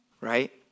right